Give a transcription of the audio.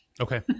Okay